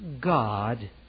God